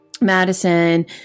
Madison